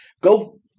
Go